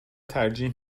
ترجیح